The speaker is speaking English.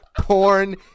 Porn